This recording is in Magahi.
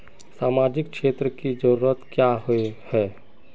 सामाजिक क्षेत्र की जरूरत क्याँ होय है?